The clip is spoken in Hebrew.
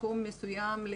סיכום מסוים,